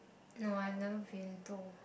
no I've never been to